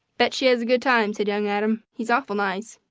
bet she has a good time, said young adam. he's awful nice.